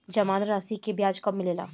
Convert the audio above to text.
जमानद राशी के ब्याज कब मिले ला?